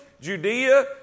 Judea